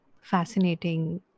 fascinating